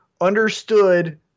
understood